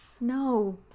no